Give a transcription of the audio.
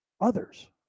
others